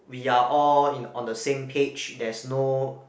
we are all in on the same page there's no